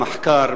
מכון מחקר,